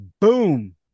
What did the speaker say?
Boom